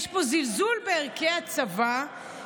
יש פה זלזול בערכי הצבא,